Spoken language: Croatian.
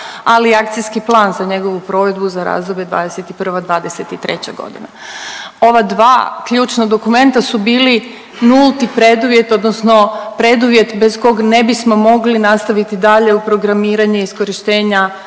ali i akcijski plan za njegovu provedbu za razdoblje 2021.-2023. godina. Ova dva ključna dokumenta su bili nulti preduvjet, odnosno preduvjet bez kog ne bismo mogli nastaviti dalje u programiranje iskorištenja